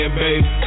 baby